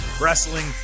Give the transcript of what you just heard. wrestling